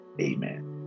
amen